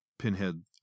Pinhead